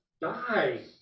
die